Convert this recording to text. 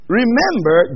remember